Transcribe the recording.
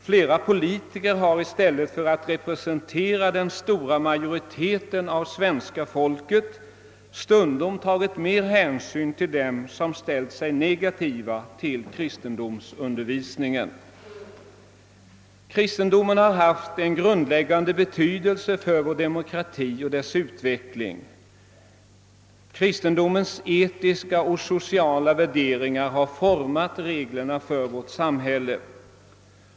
Flera politiker har i stället för att representera den stora majoriteten av svenska folket stundom tagit mer hänsyn till dem som ställt sig negativa till kristendomsundervisningen. Kristendomen har haft grundläggande betydelse för vår demokrati och dess utveckling. Kristendomens etiska och sociala värderingar har format reglerna för vårt samhälle.